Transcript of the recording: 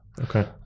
okay